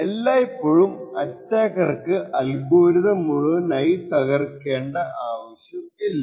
എല്ലായ്പോഴും അറ്റാക്കർക്കു അൽഗോരിതം മുഴുവനായി തകർക്കേണ്ട ആവശ്യം ഇല്ല